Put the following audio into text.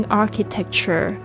architecture